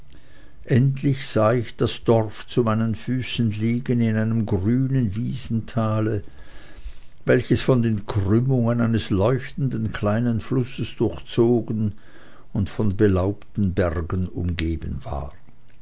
endlich sah ich das dorf zu meinen füßen liegen in einem grünen wiesentale welches von den krümmungen eines leuchtenden kleinen flusses durchzogen und von belaubten bergen umgeben war